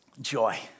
joy